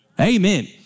Amen